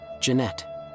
Jeanette